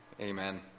Amen